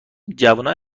جوونای